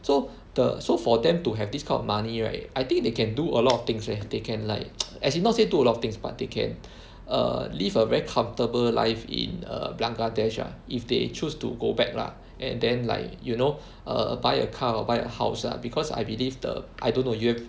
so the so for them to have this kind of money right I think they can do a lot of things leh they can like as in not say to a lot of things but they can err live a very comfortable life in err Bangladesh ah if they choose to go back lah and then like you know err buy a car or buy a house lah because I believe the I don't know you have